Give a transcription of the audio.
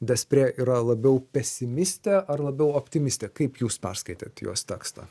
despre yra labiau pesimistė ar labiau optimistė kaip jūs perskaitėt jos tekstą